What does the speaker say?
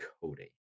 Cody